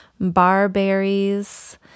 Barberries